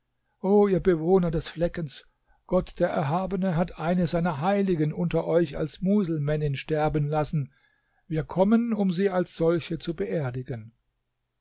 o ihr bewohner des fleckens gott der erhabene hat eine seiner heiligen unter euch als muselmännin sterben lassen wir kommen um sie als solche zu beerdigen